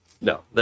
No